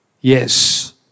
Yes